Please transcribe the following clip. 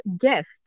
gift